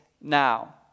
now